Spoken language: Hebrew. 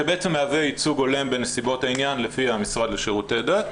שבעצם מהווה ייצוג הולם בנסיבות העניין לפי המשרד לשירותי דת,